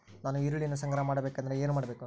ನಾನು ಈರುಳ್ಳಿಯನ್ನು ಸಂಗ್ರಹ ಮಾಡಬೇಕೆಂದರೆ ಏನು ಮಾಡಬೇಕು?